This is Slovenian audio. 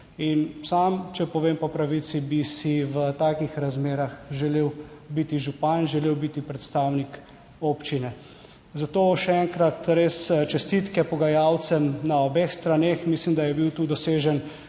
(nadaljevanje) bi si v takih razmerah želel biti župan, želel biti predstavnik občine. Zato še enkrat res čestitke pogajalcem na obeh straneh. Mislim, da je bil tu dosežen